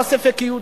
אתה ספק-יהודי,